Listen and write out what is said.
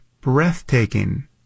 breathtaking